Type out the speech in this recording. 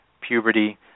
puberty